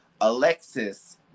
Alexis